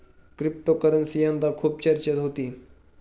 cryptocurrency यंदा खूप चर्चेत होती